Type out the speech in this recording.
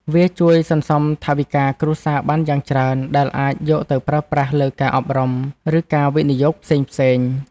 វាជួយសន្សំថវិកាគ្រួសារបានយ៉ាងច្រើន ដែលអាចយកទៅប្រើប្រាស់លើការអប់រំ ឬការវិនិយោគផ្សេងៗ។